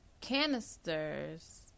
canisters